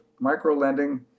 microlending